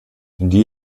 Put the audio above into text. die